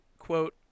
quote